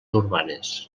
urbanes